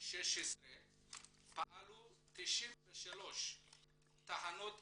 ב-2016 פעלו 93 תחנות